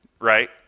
right